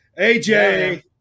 AJ